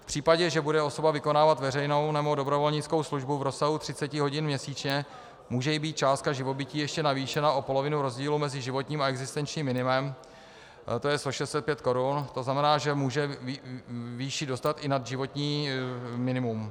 V případě, že bude osoba vykonávat veřejnou nebo dobrovolnickou službu v rozsahu 30 hodin měsíčně, může jí být částka živobytí ještě navýšena o polovinu rozdílu mezi životním a existenčním minimem, to je 650 korun, to znamená, že může výši dostat i nad životní minimum.